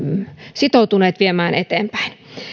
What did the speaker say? sitoutuneet viemään eteenpäin